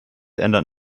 ändert